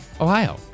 ohio